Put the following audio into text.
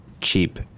cheap